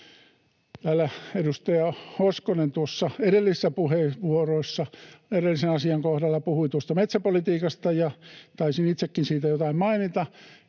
edustaja Hoskonen edellisessä puheenvuorossa, edellisen asian kohdalla, puhui metsäpolitiikasta, ja taisin itsekin siitä jotain mainita.